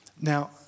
Now